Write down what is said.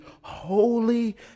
holy